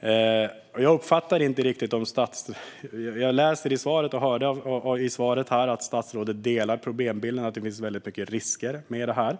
Jag hörde i svaret att statsrådet håller med om problembilden och om att det finns många risker med detta.